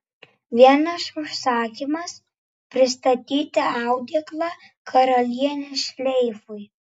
vienas užsakymas pristatyti audeklą karalienės šleifui